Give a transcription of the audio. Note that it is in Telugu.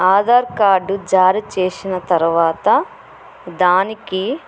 ఆధార్ కార్డు జారి చేసిన తర్వాత దానికి